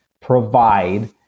provide